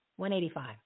185